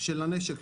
של הנשק.